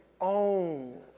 own